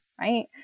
right